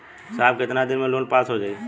साहब कितना दिन में लोन पास हो जाई?